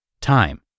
time